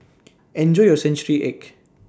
Enjoy your Century Egg